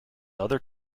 other